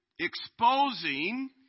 exposing